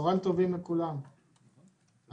שלום לכולם,